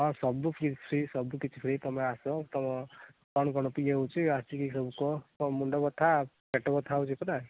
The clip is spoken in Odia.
ହଁ ସବୁ ଫ୍ରି ଫ୍ରି ସବୁ କିଛି ଫ୍ରି ତୁମେ ଆସ ତୁମ କ'ଣ କ'ଣ ହେଉଛି ଆସିକି ସବୁ କୁହ କ'ଣ ମୁଣ୍ଡ ବଥା ପେଟ ବଥା ହେଉଛି ପରା